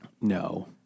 No